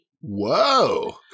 Whoa